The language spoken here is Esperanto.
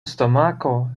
stomako